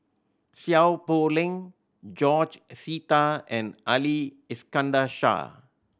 Seow Poh Leng George Sita and Ali Iskandar Shah